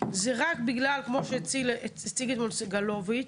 זה רק בגלל, כמו שהציג אתמול סגלוביץ,